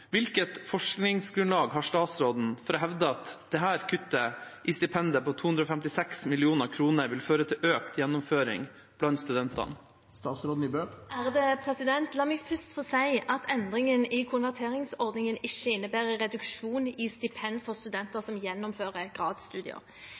Hvilket forskningsgrunnlag har statsråden for å hevde at dette kuttet i stipendet på 256 mill. kroner vil føre til økt gjennomføring blant studentene?» La meg først få si at endringen i konverteringsordningen ikke innebærer reduksjon i stipend for studenter